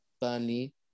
Burnley